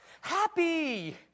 happy